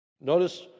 Notice